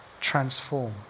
Transform